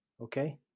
Okay